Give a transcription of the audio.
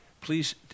Please